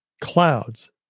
clouds